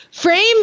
Frame